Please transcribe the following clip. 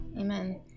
Amen